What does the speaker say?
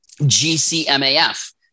GCMAF